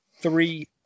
three